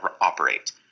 operate